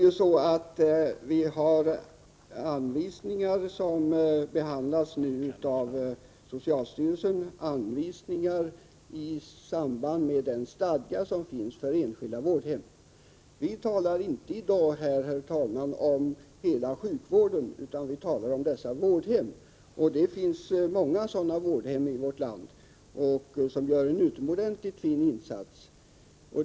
För övrigt behandlar socialstyrelsen nu anvisningar som gäller den stadga som finns för enskilda vårdhem. Herr talman! Vi talar i dag inte om hela sjukvården utan vi talar om dessa vårdhem. Det finns många sådana privata vårdhem i vårt land, som gör en utomordentligt fin insats.